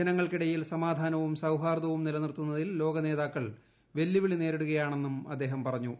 ജനങ്ങൾക്കിടയിൽ ്സമ്പാധാനവും സൌഹാർദ്ദവും നിലനിർത്തുന്നതിൽ ലോകനേത്രി ്ക്ക്ൾ വെല്ലുവിളി നേരിടുകയാണെന്നും അദ്ദേഹ്ട്ട് പറഞ്ഞു